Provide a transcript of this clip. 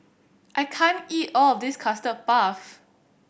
I can't eat all of this Custard Puff